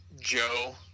Joe